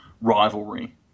rivalry